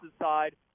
side